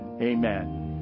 Amen